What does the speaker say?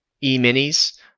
E-minis